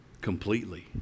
completely